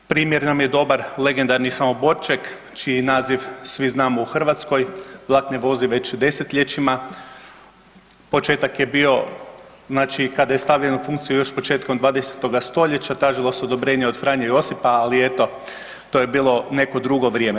Primjer nam je dobar legendarni Samoborček i naziv svi znamo u Hrvatskoj, vlak ne vozi već desetljećima, početak je bio znači kada je stavljen u funkciju još početkom 20. st., tražilo se odobrenje od Franje Josipa, ali eto, to je bilo neko dugo vrijeme.